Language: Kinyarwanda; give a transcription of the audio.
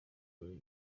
muri